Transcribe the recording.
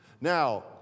Now